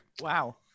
Wow